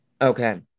Okay